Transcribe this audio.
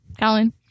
Colin